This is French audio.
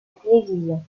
télévision